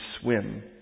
swim